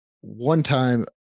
one-time